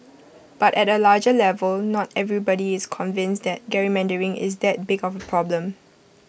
but at A larger level not everybody is convinced that gerrymandering is that big of A problem